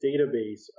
database